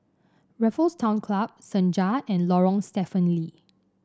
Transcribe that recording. Raffles Town Club Senja and Lorong Stephen Lee